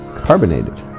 carbonated